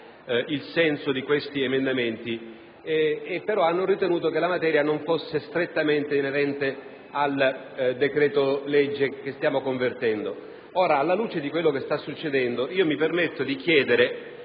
il senso di questi emendamenti, però hanno ritenuto che la materia non fosse strettamente inerente al decreto-legge che stiamo convertendo. Ora, alla luce di quello che sta succedendo, mi permetto di chiedere